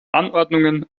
anordnungen